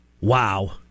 Wow